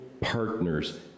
partners